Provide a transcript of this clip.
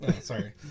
sorry